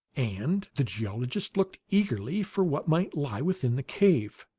and the geologist looked eagerly for what might lie within the cave.